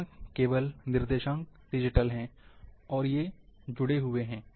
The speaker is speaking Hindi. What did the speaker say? यहाँ केवल निर्देशांक डिजिटल हैं और ये जुड़े हुए हैं